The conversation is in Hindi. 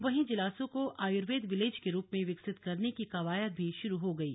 वहीं जिलासू को आयुर्वेदा विलेज के रूप में विकसित करने की कवायद भी शुरू हो गई है